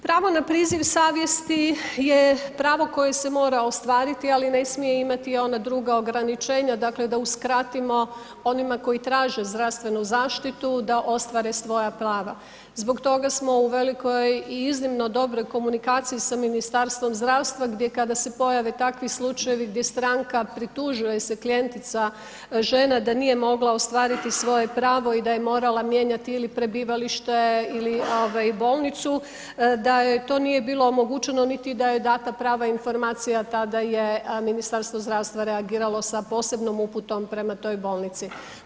Pravo na priziv savjesti je pravo koje se mora ostvariti ali ne smije imati ona druga ograničenja, dakle da uskratimo onima koji traže zdravstvenu zaštitu da ostvare svoja prava, zbog toga smo u velikoj i iznimno dobroj komunikaciji sa Ministarstvom zdravstva gdje kada se pojave takvi slučajevi gdje stanka pritužuje se klijentica žena da nije mogla ostvariti svoje pravo i da je morala mijenjati ili prebivalište ili bolnicu, da joj to nije bilo omogućeno niti da joj je dana prava informacija, tada je Ministarstvo zdravstva reagiralo sa posebnom uputom prema toj bolnici.